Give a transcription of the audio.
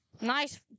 Nice